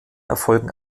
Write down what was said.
erfolgen